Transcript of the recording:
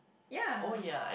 ya